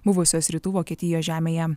buvusios rytų vokietijos žemėje